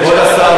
כבוד השר,